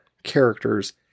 characters